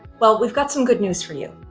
well, we've got some good news for you.